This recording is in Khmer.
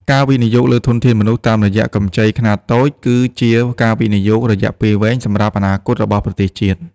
ការវិនិយោគលើធនធានមនុស្សតាមរយៈកម្ចីខ្នាតតូច គឺជាការវិនិយោគរយៈពេលវែងសម្រាប់អនាគតរបស់ប្រទេសជាតិ។